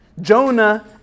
jonah